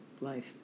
life